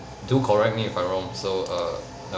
do correct me if I'm wrong so err